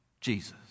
Jesus